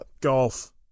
Golf